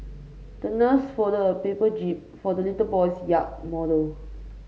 the nurse folded a paper jib for the little boy's yacht model